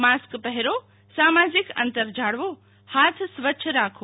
mask પહેરો સાજીક અંતર જાળવો હાથ સ્વચ્છ રાખો